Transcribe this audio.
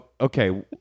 okay